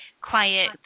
quiet